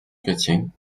chrétien